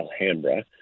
Alhambra